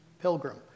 pilgrim